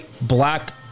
black